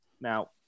Now